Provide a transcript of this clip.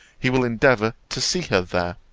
he will endeavour to see her there.